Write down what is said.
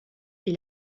est